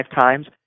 times